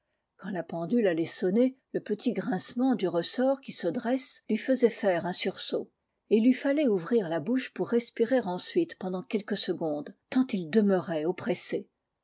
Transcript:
quand la pendule allait sonner le petit grincement du ressort qui se dresse lui faisait faire un sursaut et il lui fallait ouvrir la bouche pour respirer ensuite pendant quelques secondes tant il demeurait oppressé